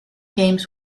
games